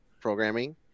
programming